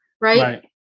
right